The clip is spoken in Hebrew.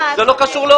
לזה יש דברים נוספים,